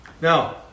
Now